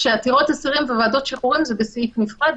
כשעתירות אסירים וועדות שחרורים זה בסעיף נפרד,